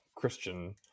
christian